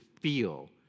feel